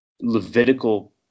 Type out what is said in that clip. Levitical